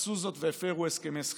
עשו זאת, והפרו הסכמי שכירות.